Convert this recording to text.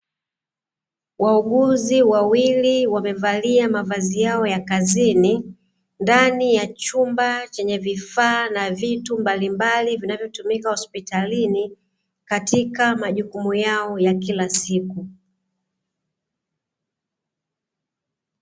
Wauguzi wawili wamevalia mavazi yao ya kazini, ndani ya chumba chenye vifaa na vitu mbalimbali vinavyotumika hospitalini katika majukumu yao ya kila siku.